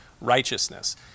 righteousness